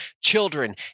children